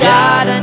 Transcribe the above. God